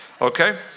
Okay